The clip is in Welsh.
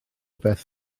beth